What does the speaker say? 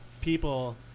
people